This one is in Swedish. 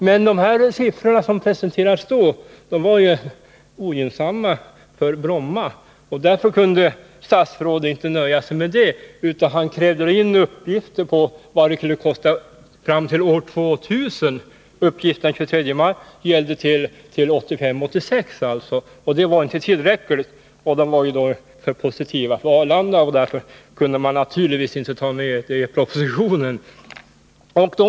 Men de siffror som då presenterades var ogynnsamma för Bromma. Därför kunde inte statsrådet nöja sig med dessa, utan han krävde in uppgifter på kostnaderna fram till år 2000. Uppgifterna från den 23 maj gällde ju bara till 1985-1986. Det var inte tillräckligt. Dessutom var siffrorna för positiva för Arlanda. Därför kunde man naturligtvis inte ta med dessa i propositionen.